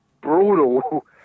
brutal